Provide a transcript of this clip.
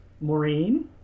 Maureen